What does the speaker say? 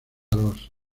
los